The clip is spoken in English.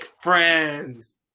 friends